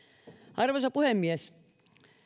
arvoisa puhemies